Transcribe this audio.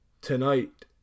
Tonight